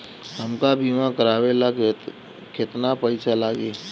हमका बीमा करावे ला केतना पईसा लागी?